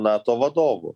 nato vadovų